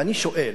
ואני שואל: